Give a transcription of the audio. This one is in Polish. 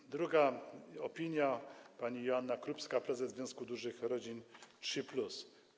I druga opinia, pani Joanny Krupskiej, prezes Związku Dużych Rodzin Trzy Plus: